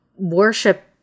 Worship